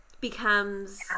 becomes